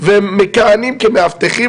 משמר הכנסת הוא לא מיקשה אחת,